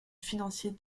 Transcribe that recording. financier